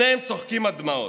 שניהם צוחקים עד דמעות.